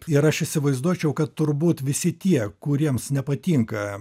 ir aš įsivaizduočiau kad turbūt visi tie kuriems nepatinka